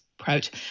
approach